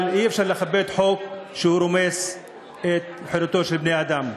אבל אי-אפשר לכבד חוק שרומס את חירותם של בני-האדם,